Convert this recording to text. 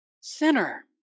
Sinner